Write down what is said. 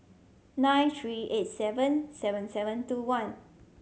nine three eight seven seven seven two one